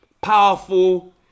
powerful